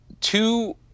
two